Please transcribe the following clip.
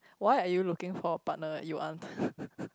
why are you looking for a partner that you want